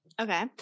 okay